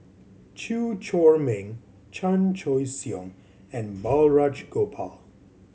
Chew Chor Meng Chan Choy Siong and Balraj Gopal